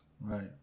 Right